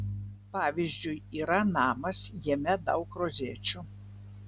pavyzdžiui yra namas jame daug rozečių